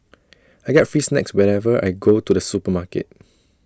I get free snacks whenever I go to the supermarket